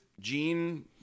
Gene